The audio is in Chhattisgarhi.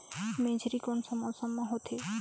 मेझरी कोन सा मौसम मां होथे?